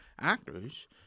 actors